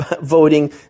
voting